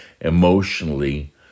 emotionally